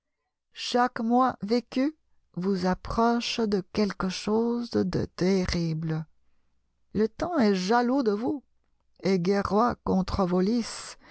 chaque mois vécu vous approche de quelque chose de terrible le temps est jaloux de vous et guerroie contre vos